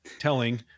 telling